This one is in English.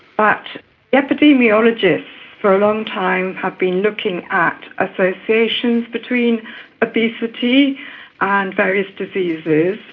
but epidemiologists for a long time have been looking at associations between obesity and various diseases,